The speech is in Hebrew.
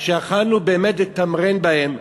ויכולנו באמת לתמרן בהן,